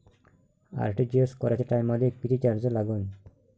RTGS कराच्या टायमाले किती चार्ज लागन?